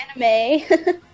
anime